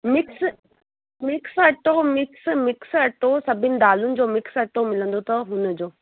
mix mix अटो mix mix अटो सभिनी दालियुनि जो मिक्स अटो मिलंदो अथव हुन जो